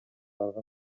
дагы